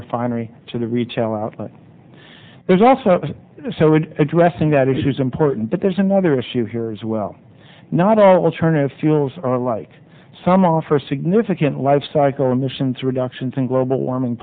refinery to the retail outlet there's also addressing that issues important but there's another issue here as well not alternative fuels are like some offer significant lifecycle emissions reductions in global warming